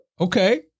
Okay